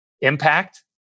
Impact